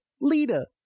Lita